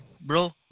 bro